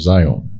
Zion